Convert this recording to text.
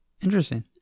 Interesting